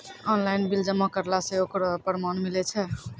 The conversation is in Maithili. ऑनलाइन बिल जमा करला से ओकरौ परमान मिलै छै?